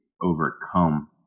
overcome